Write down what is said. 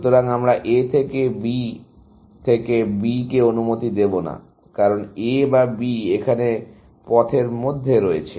সুতরাং আমরা A বা B থেকে B কে অনুমতি দেব না কারণ A বা b এখানে পথের মধ্যে রয়েছে